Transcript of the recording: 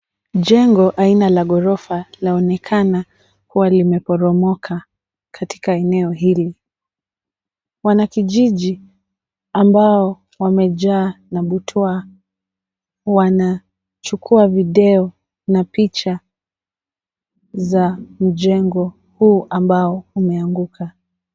Jengo aina la ghorofa laonekana kuwa limeporomoka katika eneo hili. Wanakijiji ambao wamejaa na butwaa wanachukua video na picha za mjengo huu ambao umeanguka.